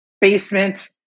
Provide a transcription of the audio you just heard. basement